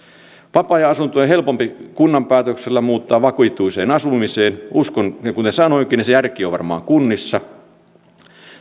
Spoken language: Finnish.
vapaa ajanasuntoja on helpompi kunnan päätöksellä muuttaa vakituiseen asumiseen uskon kuten sanoinkin että se järki on varmaan kunnissa